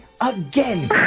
again